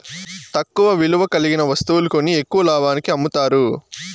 తక్కువ విలువ కలిగిన వత్తువులు కొని ఎక్కువ లాభానికి అమ్ముతారు